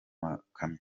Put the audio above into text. makamyo